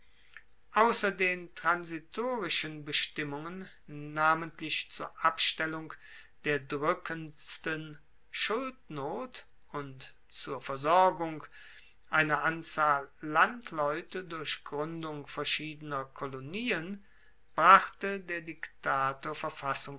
ausser den transitorischen bestimmungen namentlich zur abstellung der drueckendsten schuldnot und zur versorgung einer anzahl landleute durch gruendung verschiedener kolonien brachte der diktator